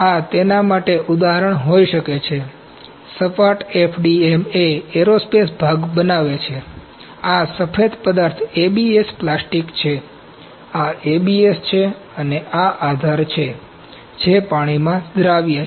આ તેના માટે ઉદાહરણ હોઈ શકે છે સપાટ FDM એ એરોસ્પેસ ભાગ બનાવે છે આ સફેદ પદાર્થ ABS પ્લાસ્ટિક છે આ ABS છે અને આ આધાર છે જે પાણીમાં દ્રાવ્ય છે